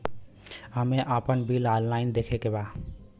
हमे आपन bill online देखे के बा?